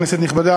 כנסת נכבדה,